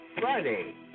Friday